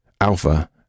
alpha